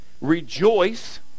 Rejoice